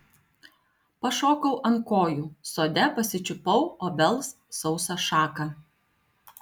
pašokau ant kojų sode pasičiupau obels sausą šaką